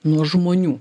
nuo žmonių